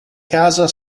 casa